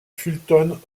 fulton